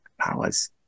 powers